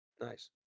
Nice